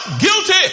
guilty